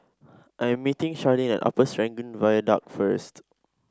I am meeting Sharleen at Upper Serangoon Viaduct first